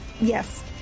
Yes